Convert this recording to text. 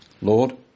Lord